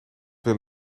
wil